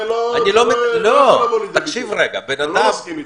לא מסכים אתך.